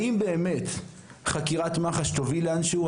האם באמת חקירת מח"ש תוביל לאנשהו?